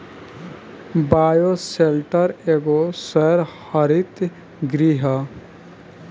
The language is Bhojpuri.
बायोशेल्टर एगो सौर हरित गृह ह